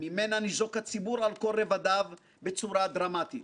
ממנה ניזוק הציבור על כל רבדיו בצורה דרמטית.